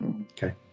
Okay